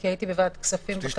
כי הייתי בוועדת הכספים בחלק הראשון